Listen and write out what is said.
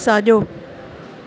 साॼो